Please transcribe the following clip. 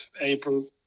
April